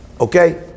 okay